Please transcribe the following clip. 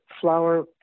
flower